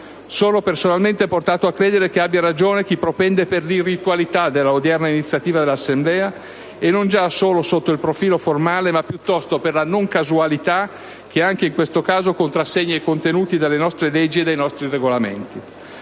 Sono personalmente portato a credere che abbia ragione chi propende per l'irritualità dell'odierna iniziativa dell'Assemblea, e non già solo sotto il profilo formale, ma piuttosto per la non casualità che anche in questo caso contrassegna i contenuti delle nostre leggi e dei nostri Regolamenti.